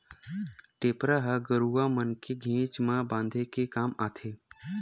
टेपरा ह गरुवा मन के घेंच म बांधे के काम आथे